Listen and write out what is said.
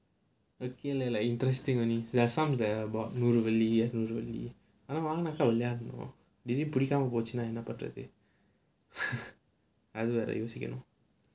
okay lah like interesting only there are some there are about ஆமா பா விளையாடுனோம்:aamaa paa vilaiyaadunom daily புடிக்காம போச்சுன்னா என்ன பண்றது:pudikkaama pochunaa enna pandrathu அது வேற யோசிக்கணும்:adhu vera yosikkanum